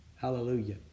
Hallelujah